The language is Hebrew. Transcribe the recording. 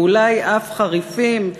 ואולי אף חריפים.